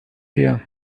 her